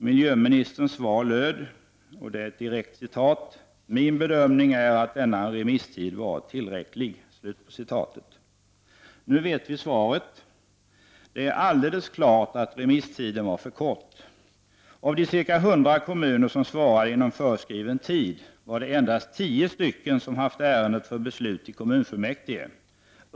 Miljöministern svar löd: ”Min bedömning är att denna remisstid varit tillräcklig”. Nu vet vi svaret. Det är alldeles klart att remisstiden var för kort. Av de ca 100 kommuner som svarade inom föreskriven tid var det endast tio som haft ärendet för beslut i kommunfullmäktige.